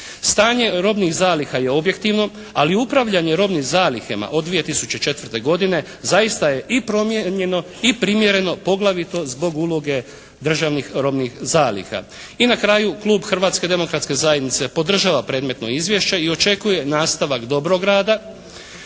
Stanje robnih zaliha je objektivno, ali upravljanje robnim zalihama od 2004. godine zaista je i promijenjeno i primjereno poglavito zbog uloge državnih robnih zaliha. I na kraju klub Hrvatske demokratske zajednice podržava predmetno izvješće i očekuje nastavak dobrog rada